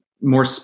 more